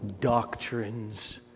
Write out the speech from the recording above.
doctrines